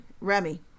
Remy